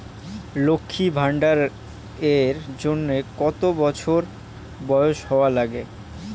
লক্ষী ভান্ডার এর জন্যে কতো বছর বয়স হওয়া লাগে?